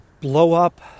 blow-up